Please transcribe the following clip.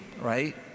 right